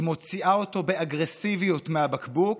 היא מוציאה אותו באגרסיביות מהבקבוק